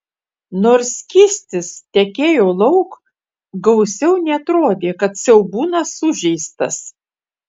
nors skystis tekėjo lauk gausiau neatrodė kad siaubūnas sužeistas